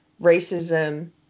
racism